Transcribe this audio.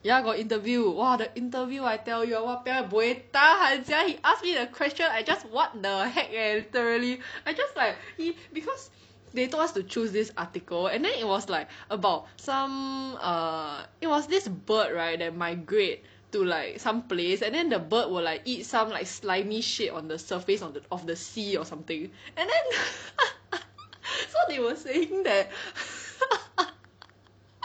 ya got interview !wah! the interview I tell you ah !wahpiang! buay tahan sia he ask me the question I just what the heck eh literally I just like he cause they told us to choose this article and then it was like about some err it was this bird right that migrate to like some place and then the bird will like eat some like slimy shit on the surface of the of the sea or something and then so they were saying that